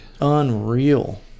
Unreal